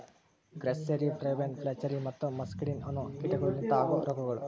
grasserie, pebrine, flacherie ಮತ್ತ muscardine ಅನೋ ಕೀಟಗೊಳ್ ಲಿಂತ ಆಗೋ ರೋಗಗೊಳ್